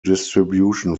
distribution